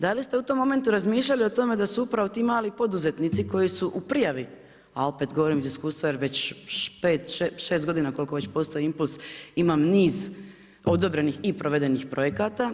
Da li ste u tom momentu razmišljali o tome, da su upravo ti mali poduzetnici, koji su u prijavi, a opet govorim iz iskustva, jer već, 5, 6 godina, koliko već postoji impuls imam niz odobrenih i provedenih projekata.